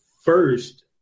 first